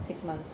six month